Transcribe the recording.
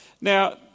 Now